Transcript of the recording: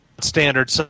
standard